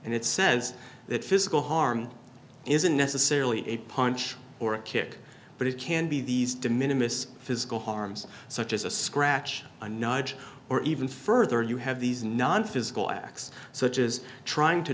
and it says that physical harm isn't necessarily a punch or a kick but it can be these de minimis physical harms such as a scratch a nudge or even further you have these nonphysical acts such as trying to